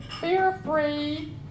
fear-free